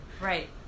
right